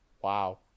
Wow